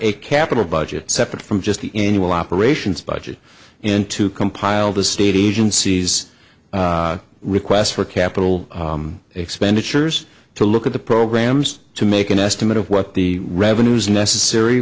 a capital budget separate from just the end will operations budget in to compile the state agencies request for capital expenditures to look at the programs to make an estimate of what the revenues necessary